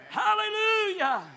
hallelujah